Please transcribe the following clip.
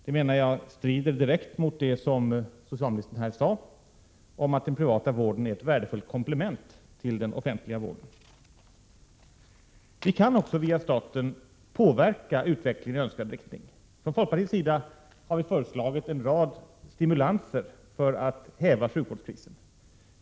Det menar jag strider direkt mot det socialministern här sade om att den privata vården är ett värdefullt komplement till den offentliga vården. Vi kan också via staten påverka utvecklingen i önskad riktning. Från folkpartiets sida har vi föreslagit en rad stimulanser för att häva sjukvårdskrisen.